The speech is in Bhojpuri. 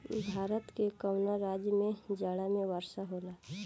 भारत के कवना राज्य में जाड़ा में वर्षा होला?